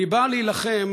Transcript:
היא באה להילחם